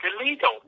illegal